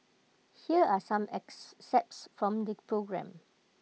here are some excerpts from the programme